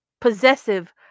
possessive